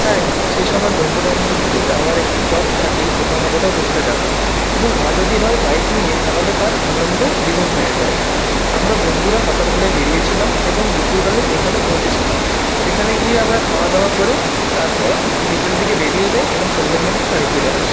তাই সে সময় বন্ধুবান্ধবের সাথে যাওয়ার একটি চল থাকেই কোথাও না কোথাও ঘুরতে যাওয়ার এবং তা যদি হয় বাইক নিয়ে তাহলে তার আনন্দ দ্বিগুণ হয়ে যায় আমরা বন্ধুরা সকালবেলায় বেরিয়েছিলাম এবং দুপুরবেলায় ওইখানে পৌঁছেছিলাম সেখানে গিয়ে আমরা খাওয়াদাওয়া করে তারপর বিকেল দিকে বেরিয়ে যাই এবং সন্ধ্যের মধ্যে বাড়ি ফিরে আসি